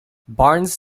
barnes